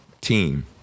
team